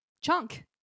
Chunk